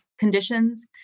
conditions